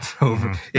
over